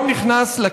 זכותך